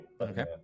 Okay